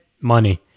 money